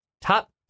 top